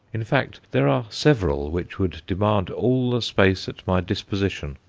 in fact, there are several which would demand all the space at my disposition,